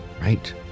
right